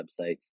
websites